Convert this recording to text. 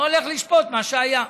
אני לא הולך לשפוט מה שהיה.